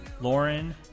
Lauren